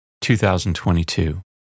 2022